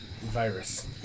Virus